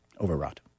overwrought